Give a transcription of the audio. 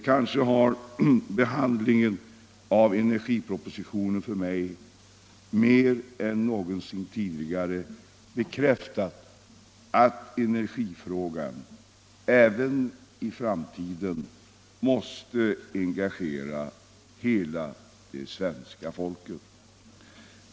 Kanske har behandlingen av energipropositionen för mig mer än någonsin tidigare bekräftat att energifrågan, även i framtiden, måste engagera hela det svenska folket.